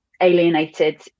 alienated